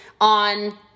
on